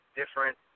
different